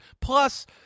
Plus